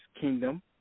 Kingdom